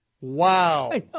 Wow